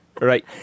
Right